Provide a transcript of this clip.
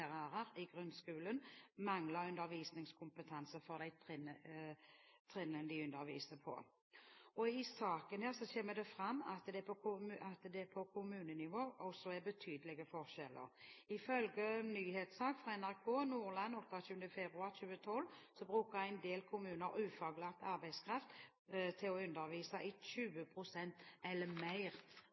Og i denne saken kommer det fram at det også på kommunenivå er betydelige forskjeller. Ifølge en nyhetssak fra NRK Nordland 28. februar 2012 bruker en del kommuner ufaglært arbeidskraft til å undervise i 20 pst. eller mer